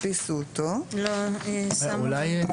היא תחרותית יש לי ענפי ספורט שבהם אין שינוי כי כך היה גם